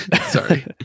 Sorry